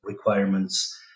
requirements